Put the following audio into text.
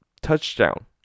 touchdown